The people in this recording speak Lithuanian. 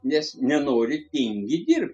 nes nenori tingi dirbt